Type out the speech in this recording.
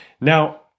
Now